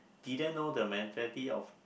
didn't know the mentality of